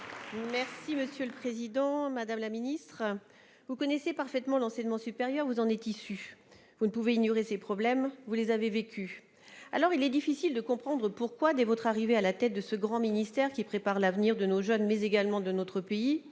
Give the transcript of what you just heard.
de la recherche et de l'innovation, vous connaissez parfaitement l'enseignement supérieur, vous en êtes issue. Vous ne pouvez ignorer ses problèmes, vous les avez vécus. Dès lors, il est difficile de comprendre pourquoi, dès votre arrivée à la tête de ce grand ministère qui prépare l'avenir de nos jeunes, mais également de notre pays,